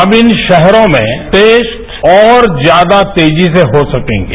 अब इन शहरों में टैस्ट और ज्यादा तेजी से हो सकेंगे